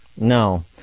No